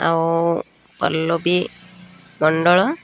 ଆଉ ପଲ୍ଲବୀ ମଣ୍ଡଳ